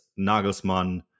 Nagelsmann